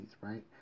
right